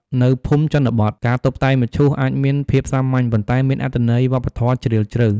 នៅភូមិជនបទ ការតុបតែងមឈូសអាចមានភាពសាមញ្ញ ប៉ុន្តែមានអត្ថន័យវប្បធម៌ជ្រាលជ្រៅ។